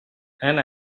and